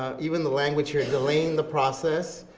even the language here delaying the process,